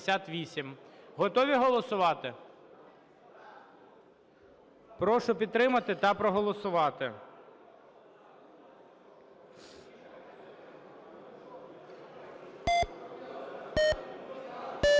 Готові голосувати? Прошу підтримати та проголосувати.